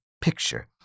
picture